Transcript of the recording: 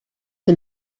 que